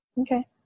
Okay